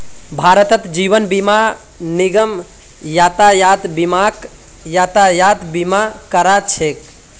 भारतत जीवन बीमा निगम यातायात बीमाक यातायात बीमा करा छेक